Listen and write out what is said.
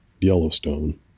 Yellowstone